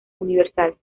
universales